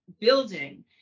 building